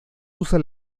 usan